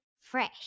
Fresh